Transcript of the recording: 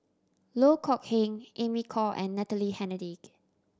Loh Kok Heng Amy Khor and Natalie Hennedige